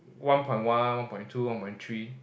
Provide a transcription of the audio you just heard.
one point one one point two one point three